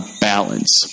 balance